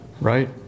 Right